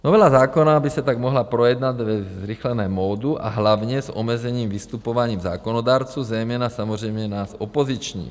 Novela zákona by se tak mohla projednat ve zrychleném modu a hlavně s omezením vystupování zákonodárců, zejména samozřejmě nás opozičních.